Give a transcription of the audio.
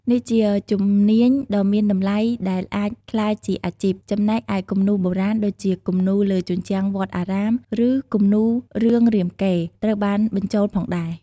នេះជាជំនាញដ៏មានតម្លៃដែលអាចក្លាយជាអាជីព ចំណែកឯគំនូរបុរាណ ដូចជាគំនូរលើជញ្ជាំងវត្តអារាម ឬគំនូររឿងរាមកេរ្តិ៍ ត្រូវបានបញ្ចូលផងដែរ។